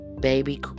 baby